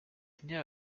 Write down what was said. définies